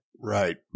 Right